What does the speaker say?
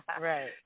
right